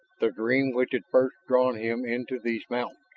the dream which had first drawn him into these mountains.